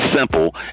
simple